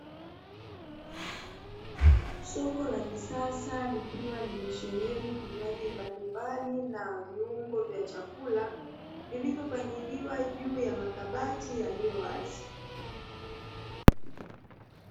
Soko la kisasa likiwa limesheheni vinywaji mbalimbali na viungo vya chakula vilivyopangiliwa juu ya ,makabati yaliyo wazi.